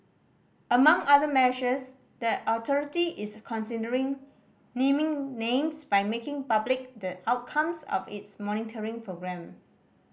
among other measures the authority is considering naming names by making public the outcomes of its monitoring programme